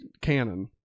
canon